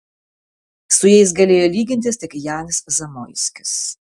su jais galėjo lygintis tik janas zamoiskis